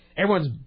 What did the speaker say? Everyone's